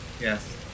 Yes